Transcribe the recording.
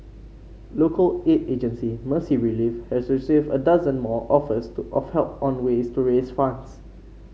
local aid agency Mercy Relief has received a dozen more offers to of help on ways to raise funds